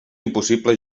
impossible